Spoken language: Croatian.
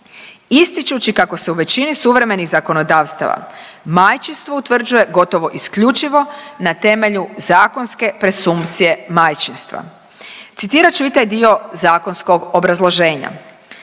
ističući kako se u većini suvremenih zakonodavstava majčinstvo utvrđuje gotovo isključivo na temelju zakonske presumpcije majčinstva. Citirat ću i taj dio zakonskog obrazloženja.